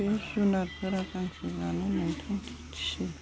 जुनारफोरा गांसो जानो